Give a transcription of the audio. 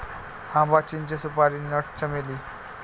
आंबा, चिंचे, सुपारी नट, चमेली